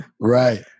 Right